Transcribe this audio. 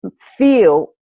feel